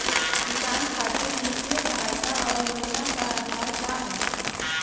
किसानन खातिर वित्तीय सहायता और योजना क आधार का ह?